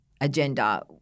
agenda